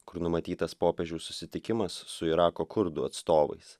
kur numatytas popiežiaus susitikimas su irako kurdų atstovais